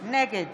נגד